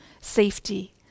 safety